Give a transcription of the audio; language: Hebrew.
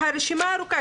הרשימה עוד ארוכה,